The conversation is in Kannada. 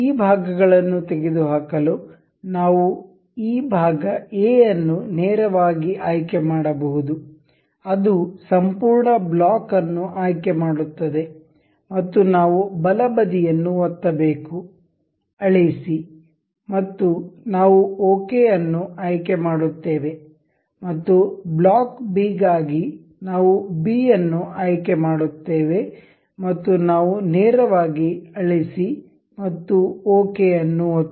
ಈ ಭಾಗಗಳನ್ನು ತೆಗೆದುಹಾಕಲು ನಾವು ಈ ಭಾಗ A ಅನ್ನು ನೇರವಾಗಿ ಆಯ್ಕೆ ಮಾಡಬಹುದು ಅದು ಸಂಪೂರ್ಣ ಬ್ಲಾಕ್ ಅನ್ನು ಆಯ್ಕೆ ಮಾಡುತ್ತದೆ ಮತ್ತು ನಾವು ಬಲಬದಿಯನ್ನು ಒತ್ತಬೇಕು ಅಳಿಸಿ ಮತ್ತು ನಾವು OK ಅನ್ನು ಆಯ್ಕೆ ಮಾಡುತ್ತೇವೆ ಮತ್ತು ಬ್ಲಾಕ್ B ಗಾಗಿ ನಾವು B ಅನ್ನು ಆಯ್ಕೆ ಮಾಡುತ್ತೇವೆ ಮತ್ತು ನಾವು ನೇರವಾಗಿ ಅಳಿಸಿ ಮತ್ತು OK ಅನ್ನು ಒತ್ತಿ